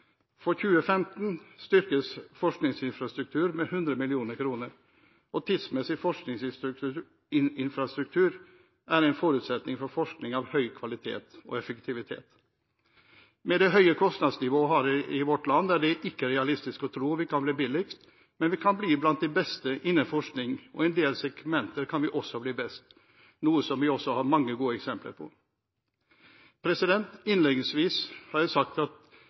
For 2015 styrkes forskningsinfrastruktur med 100 mill. kr. Tidsmessig forskningsinfrastruktur er en forutsetning for forskning av høy kvalitet og effektivitet. Med det høye kostnadsnivået vi har i vårt land, er det ikke realistisk å tro at vi kan bli billigst, men vi kan bli blant de beste innen forskning, og i en del segmenter kan vi også bli best, noe som vi har mange gode eksempler på. Innledningsvis sa jeg at